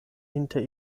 inter